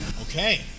Okay